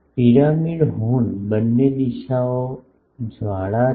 pyramid હોર્નમાં બંને દિશાઓ જ્વાળા છો